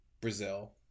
Brazil